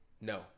no